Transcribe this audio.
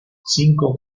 cinco